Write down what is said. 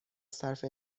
صرف